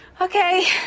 Okay